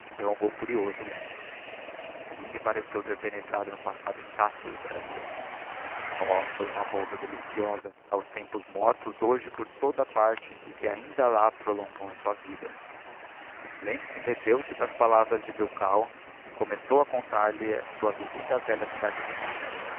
interrogou curioso lentz me pareceu penetrado no alli ter passado intacto do brasil oh oi uma volta deliciosa aos tempos mortos hoje por toda a parte e que ainda lá prolongam a sua vida lentz embebeu se nas palavras de alilkau que começou a contar-lhe a sua visita á abelha cidade mineira